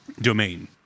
domain